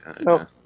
no